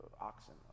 oxen